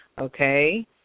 okay